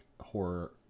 horror